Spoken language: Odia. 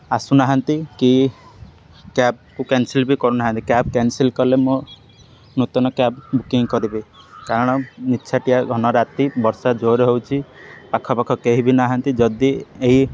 ଆସୁନାହାନ୍ତି କି କ୍ୟାବ୍କୁ କ୍ୟାନସଲ୍ ବି କରୁନାହାନ୍ତି କ୍ୟାବ୍ କ୍ୟାନସଲ୍ କଲେ ମୁଁ ନୂତନ କ୍ୟାବ୍ ବୁକିଂ କରିବି କାରଣ ନିଛାଟିଆ ଘନ ରାତି ବର୍ଷା ଜୋର ହେଉଛି ଆଖପାଖ କେହି ବି ନାହାନ୍ତି ଯଦି ଏଇ